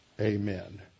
amen